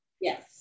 Yes